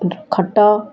ଖଟ